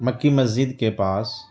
مکّی مسجد کے پاس